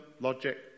logic